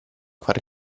far